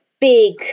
big